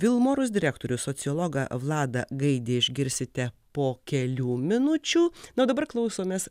vilmorus direktorių sociologą vladą gaidį išgirsite po kelių minučių na o dabar klausomės